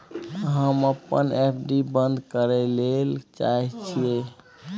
हम अपन एफ.डी बंद करय ले चाहय छियै